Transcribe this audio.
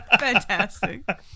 fantastic